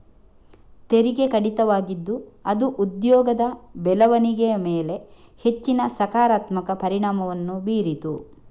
ತೆರಿಗೆ ಕಡಿತವಾಗಿದ್ದು ಅದು ಉದ್ಯೋಗದ ಬೆಳವಣಿಗೆಯ ಮೇಲೆ ಹೆಚ್ಚಿನ ಸಕಾರಾತ್ಮಕ ಪರಿಣಾಮವನ್ನು ಬೀರಿತು